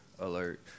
alert